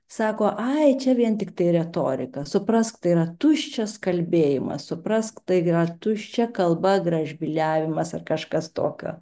sako ai čia vien tiktai retorika suprask tai yra tuščias kalbėjimas suprask tai yra tuščia kalba gražbyliavimas ar kažkas tokio